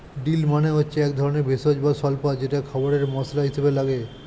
deal মানে হচ্ছে একধরনের ভেষজ বা স্বল্পা যেটা খাবারে মসলা হিসেবে লাগে